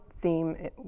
theme